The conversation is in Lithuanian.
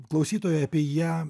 klausytojai apie ją